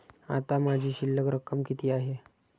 आता माझी शिल्लक रक्कम किती आहे?